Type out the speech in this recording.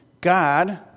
God